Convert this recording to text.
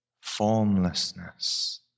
formlessness